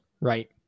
right